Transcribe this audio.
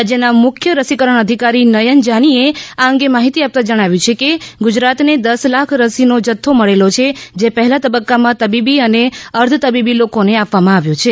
રાજ્યના મુખ્ય રસીકરણ અધિકારી નથન જાની એ આ અંગે માહિતી આપતા જણાવ્યું છે કે ગુજરાતને દસ લાખ રસીનો જથ્થો મળેલો છે જે પહેલા તબક્કામાં તબીબી અને અર્ધતબીબી લોકોને આપવામાં આવ્યો છે